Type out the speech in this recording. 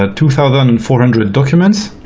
ah two thousand and four hundred documents.